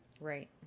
Right